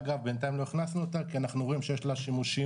אגב בינתיים לא הכנסנו אותה כי אנחנו רואים שיש לה שימושים